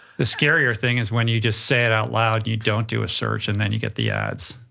the scarier thing is when you just say it out loud, you don't do a search and then you get the ads.